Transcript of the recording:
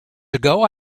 ago